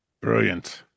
Brilliant